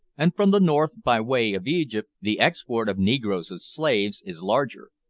and from the north by way of egypt, the export of negroes as slaves is larger.